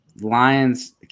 Lions